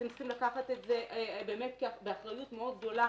אתם צריכים באמת לקחת את זה באחריות מאוד גדולה,